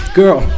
girl